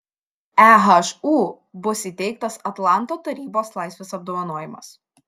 ehu bus įteiktas atlanto tarybos laisvės apdovanojimas